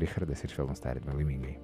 richardas ir švelnūs tardymai laimingai